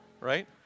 Right